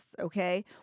okay